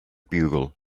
bugle